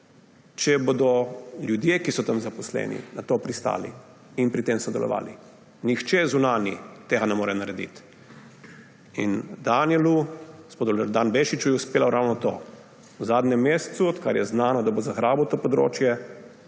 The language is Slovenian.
če bodo ljudje, ki so tam zaposleni, na to pristali in pri tem sodelovali. Nihče zunanji tega ne more narediti. In gospodu Danijelu Bešiču je uspelo ravno to. V zadnjem mesecu, odkar je znano, da bo zagrabil to področje,